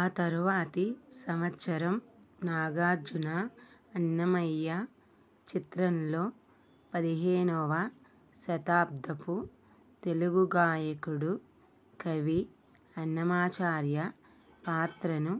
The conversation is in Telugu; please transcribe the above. ఆ తర్వాత సంవత్సరం నాగార్జున అన్నమయ్య చిత్రంలో పదిహేనవ శతాబ్దపు తెలుగు గాయకుడు కవి అన్నమాచార్య పాత్రను